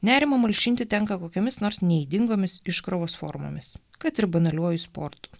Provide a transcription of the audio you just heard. nerimą malšinti tenka kokiomis nors neydingomis iškrovos formomis kad ir banaliuoju sportu